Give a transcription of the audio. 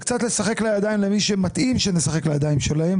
זה קצת לשחק לידיים למי שמתאים שנשחק לידיים שלהם